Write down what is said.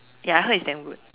ya I heard it's damn good